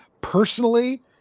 personally